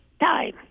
time